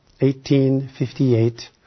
1858